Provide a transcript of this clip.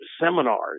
seminars